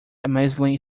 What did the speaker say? amazingly